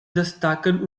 destaquen